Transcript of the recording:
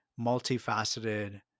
multifaceted